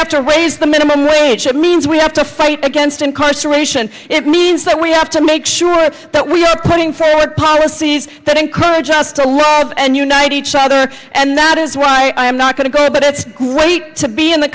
have to raise the minimum wage that means we have to fight against incarceration it means that we have to make sure that we are putting forward policies that encourage us to love and unite each other and that is why i am not going to go but it's great to be in the